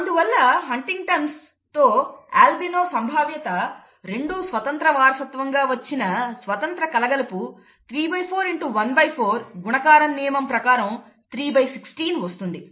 అందువల్ల హంటింగ్టన్స్తో అల్బినో సంభావ్యత రెండూ స్వతంత్రంగా వారసత్వంగా వచ్చిన స్వతంత్ర కలగలుపు ¾ x ¼ గుణకారం నియమం ప్రకారం 316 వస్తుంది